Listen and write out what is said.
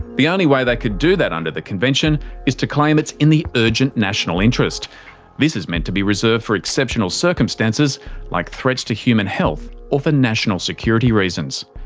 the only way they could do that under the convention is to claim it's in the urgent national interest this is meant to be reserved for exceptional circumstances like threats to human health or for national security reasons.